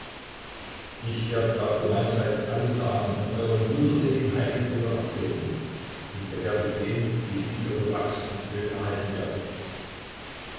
ich werde dafür meinerseits allen damen von euren wundertätigen heiligenbildern erzählen und ihr werdet sehen wieviel ihr für wachs und öl erhalten werdet